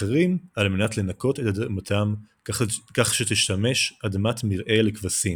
אחרים על מנת "לנקות" את אדמתם כך שתשמש אדמת מרעה לכבשים,